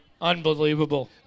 unbelievable